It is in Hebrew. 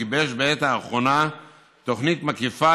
והוא גיבש בעת האחרונה תוכנית מקיפה